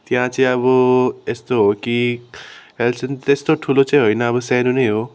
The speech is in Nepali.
त्यहाँ चाहिँ अब यस्तो हो कि हेल्थ सेन्टर त्यस्तो ठुलो चाहिँ होइन अब सानो नै हो